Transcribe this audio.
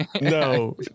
no